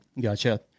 gotcha